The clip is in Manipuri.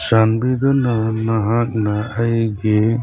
ꯆꯥꯟꯕꯤꯗꯨꯅ ꯅꯍꯥꯛꯅ ꯑꯩꯒꯤ